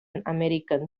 american